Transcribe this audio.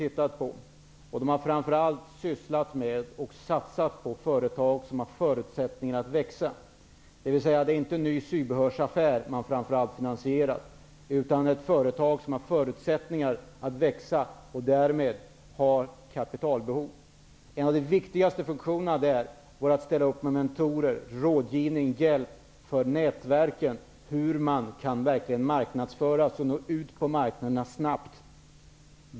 Där har man framför allt sysslat med och satsat på företag som har förutsättningar att växa. Det är inte nya sybehörsaffärer man framför allt finansierar, utan företag som har förutsättningar att växa och därmed har kapitalbehov. En av de viktigaste funktionerna är att ställa upp med mentorer, rådgivning, hjälp för nätverken, information om hur man kan nå ut på marknaderna snabbt.